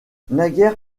naguère